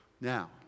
Now